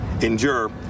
endure